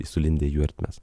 sulindę į jų ertmes